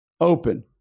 Open